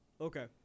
Okay